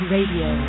Radio